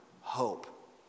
hope